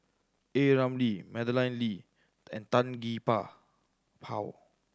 A Ramli Madeleine Lee and Tan Gee Paw